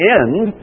end